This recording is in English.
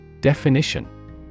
Definition